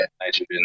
nitrogen